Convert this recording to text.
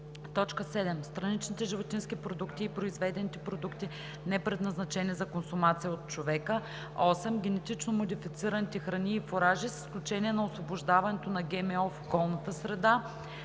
7. страничните животински продукти и производните продукти, непредназначени за консумация от човека; 8. генетично модифицираните храни и фуражи, с изключение на освобождаването на ГМО в околната среда;